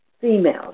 females